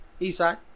Eastside